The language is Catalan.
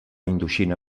indoxina